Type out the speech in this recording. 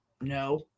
No